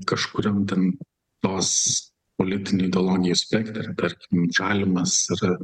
kažkuriam ten tos politinį ideologinį spektrą tarkim žalimas yra